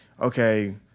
okay